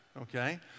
Okay